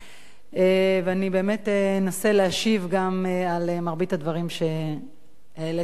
ואני באמת אנסה להשיב גם על מרבית הדברים שהעליתם כאן היום.